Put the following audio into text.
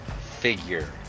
figure